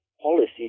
policy